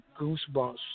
Goosebumps